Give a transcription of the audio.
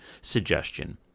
suggestion